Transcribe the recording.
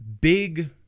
big